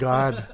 God